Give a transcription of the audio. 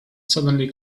suddenly